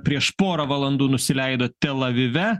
prieš pora valandų nusileido tel avive